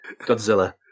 Godzilla